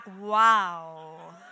Wow